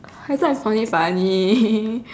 that's why I find it funny